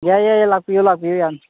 ꯌꯥꯏ ꯌꯥꯏ ꯂꯥꯛꯄꯤꯌꯨ ꯂꯥꯛꯄꯤꯌꯨ ꯌꯥꯅꯤ